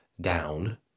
down